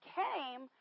came